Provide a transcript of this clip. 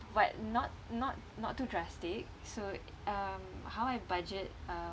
but not not not too drastic so um how I budget uh